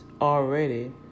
already